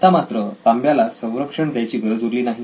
आता मात्र तांब्याला संरक्षण द्यायची गरज उरली नाही